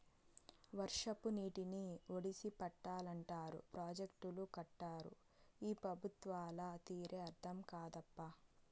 వర్షపు నీటిని ఒడిసి పట్టాలంటారు ప్రాజెక్టులు కట్టరు ఈ పెబుత్వాల తీరే అర్థం కాదప్పా